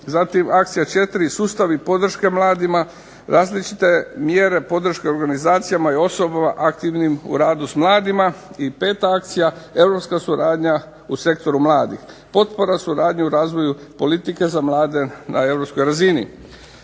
Zatim Akcija 4. Sustavi podrške mladima, različite mjere podrške organizacijama i osobama aktivnim u radu s mladima i Akcija 5. Europska suradnja u sektoru mladih, potpora suradnje u razvoju politike za mlade na europskoj razini.